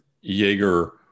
Jaeger